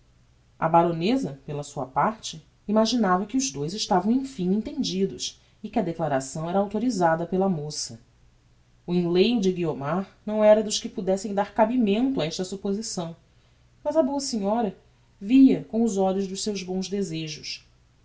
a baroneza pela sua parte imaginava que os dous estavam emfim entendidos e que a declaração era autorisada pela moça o enleio de guiomar não era dos que podessem dar cabimento a esta supposição mas a boa senhora via com os olhos dos seus bons desejos